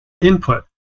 input